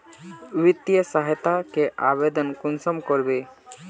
वित्तीय सहायता के आवेदन कुंसम करबे?